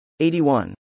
81